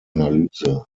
analyse